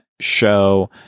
Show